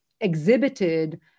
exhibited